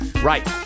Right